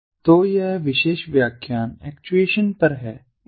तो यह विशेष व्याख्यान एक्चुएशन पर है